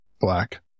black